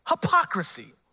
hypocrisy